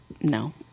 no